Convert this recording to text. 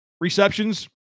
receptions